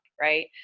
Right